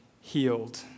healed